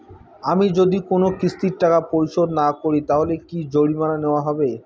আমি যদি কোন কিস্তির টাকা পরিশোধ না করি তাহলে কি জরিমানা নেওয়া হবে?